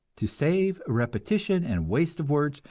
to save repetition and waste of words,